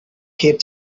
keep